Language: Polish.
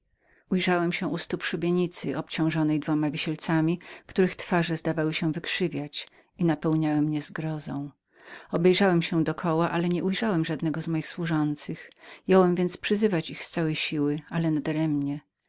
ujrzałem się u stóp szubienicy obciążonej dwoma wisielcami których twarze zdawały się wykrzywiać i napełniały mnie zgrozą obejrzałem się do koła ale nie ujrzałem żadnego z moich służących jąłem więc przyzywać ich z całej siły ale